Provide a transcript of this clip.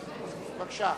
בבקשה.